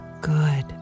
good